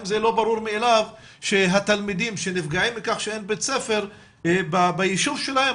האם זה לא ברור מאליו שהתלמידים שנפגעים מכך שאין בית ספר ביישוב שלהם,